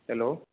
hello